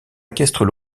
équestres